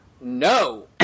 No